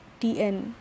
Tn